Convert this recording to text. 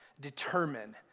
determine